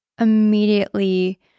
immediately